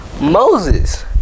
Moses